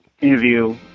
interview